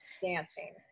dancing